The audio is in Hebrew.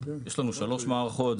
יש לנו שלוש מערכות,